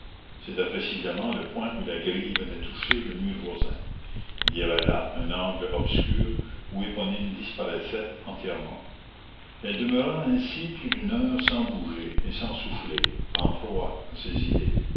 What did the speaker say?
c'était précisément le point où la grille venait toucher le mur voisin il y avait là un angle obscur où éponine disparaissait entièrement elle demeura ainsi plus d'une heure sans bouger et sans souffler en proie à ses idées